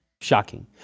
Shocking